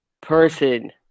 person